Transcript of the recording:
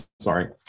sorry